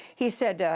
he said,